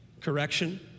correction